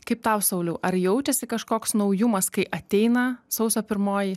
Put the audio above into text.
kaip tau sauliau ar jaučiasi kažkoks naujumas kai ateina sausio pirmoji